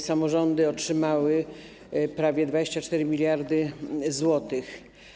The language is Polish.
Samorządy otrzymały prawie 24 mld zł.